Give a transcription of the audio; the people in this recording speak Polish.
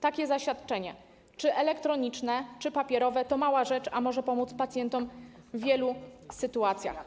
Takie zaświadczenie, czy elektroniczne, czy papierowe, to mała rzecz, a może pomóc pacjentom w wielu sytuacjach.